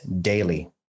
daily